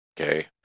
okay